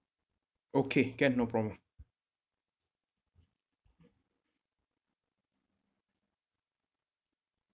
okay can no problem